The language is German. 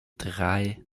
drei